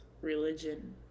religion